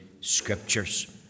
Scriptures